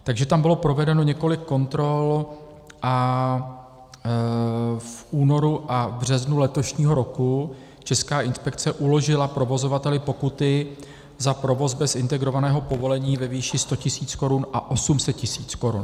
Takže tam bylo provedeno několik kontrol a v únoru a v březnu letošního roku Česká inspekce uložila provozovateli pokuty za provoz bez integrovaného povolení ve výši 100 tisíc korun a 800 tisíc korun.